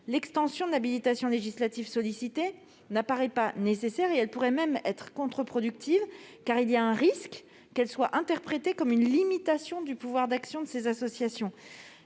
l'extension de l'habilitation législative sollicitée n'apparaît pas nécessaire. Elle pourrait même être contre-productive, car il y a un risque qu'elle soit interprétée comme une limitation du pouvoir d'action de ces associations.